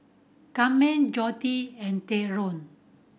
Camden Joette and Theadore